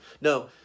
No